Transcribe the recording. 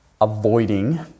avoiding